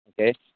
okay